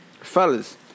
Fellas